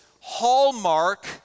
hallmark